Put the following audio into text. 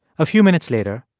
a few minutes later,